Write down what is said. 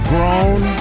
Grown